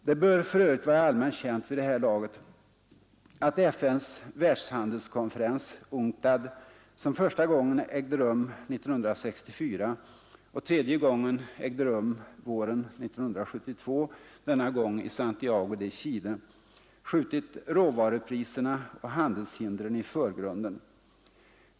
Det bör för övrigt vara allmänt känt vid det här laget att FN:s världshandelskonferens — UNCTAD — som första gången ägde rum 1964 och tredje gången våren 1972, denna gång i Santiago de Chile, skjutit råvarupriserna och handelshindren i förgrunden.